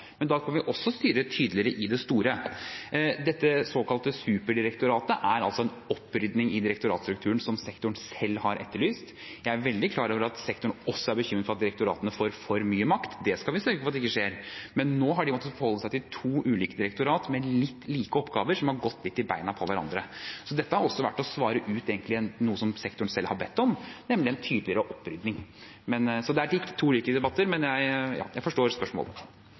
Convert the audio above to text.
Da kan vi også styre tydeligere i det store. Det såkalte superdirektoratet er en opprydding i direktoratstrukturen, som sektoren selv har etterlyst. Jeg er veldig klar over at sektoren også er bekymret for at direktoratene får for mye makt. Det skal vi sørge for at ikke skjer, men nå har de måttet forholde seg til to ulike direktorater med litt like oppgaver, som har gått litt i beina på hverandre. Så dette har vært å svare på noe sektoren selv har bedt om, nemlig en tydeligere opprydding. Så det er to litt ulike debatter, men jeg forstår spørsmålet.